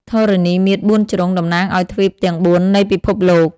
ធរណីមាត្របួនជ្រុង តំណាងឱ្យទ្វីបទាំងបួននៃពិភពលោក។